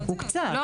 לא.